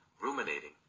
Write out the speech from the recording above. ruminating